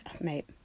Mate